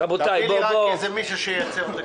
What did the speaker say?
תביא לי רק מישהו שייצר את הכסף.